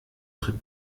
tritt